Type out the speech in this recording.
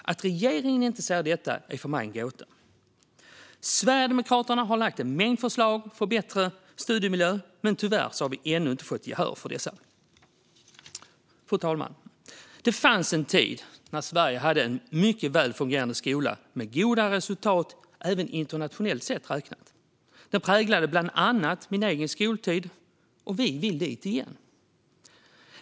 Att regeringen inte ser detta är för mig en gåta. Sverigedemokraterna har lagt en mängd förslag för en bättre studiemiljö, men tyvärr har vi ännu inte fått gehör för dessa. Fru talman! Det fanns en tid när Sverige hade en mycket välfungerande skola med goda resultat även internationellt sett. Det präglade bland annat min egen skoltid. Och vi vill dit igen.